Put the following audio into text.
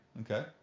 okay